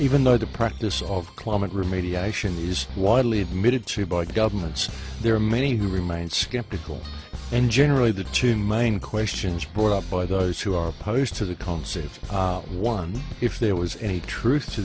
even though the practice of climate remediation is widely minute two by governments there are many who remain skeptical and generally the two main questions brought up by those who are opposed to the cons if one if there was any truth to